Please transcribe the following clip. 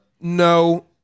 No